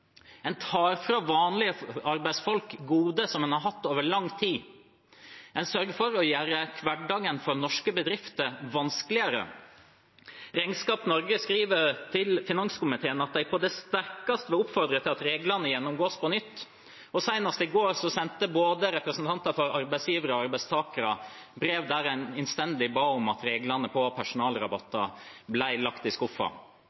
Man tar fra vanlige arbeidsfolk goder de har hatt over lang tid. Man sørger for å gjøre hverdagen for norske bedrifter vanskeligere. Regnskap Norge skriver til finanskomiteen at de på det sterkeste vil oppfordre til at reglene gjennomgås på nytt, og senest i går sendte representanter for både arbeidsgivere og arbeidstakere et brev der man innstendig ba om at reglene for personalrabatter ble lagt i skuffen. Bussjåfører, renholdere på togene og de som jobber i